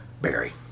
Barry